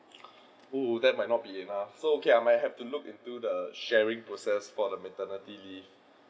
oh that might not be enough so okay I might have to look into the sharing process for the maternity leave